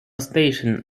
station